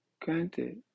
granted